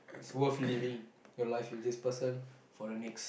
it's worth living your life with this person for the next